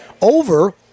over